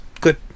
Good